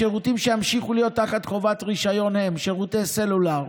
השירותים שימשיכו להיות תחת חובת רישיון הם שירותי סלולר,